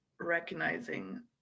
recognizing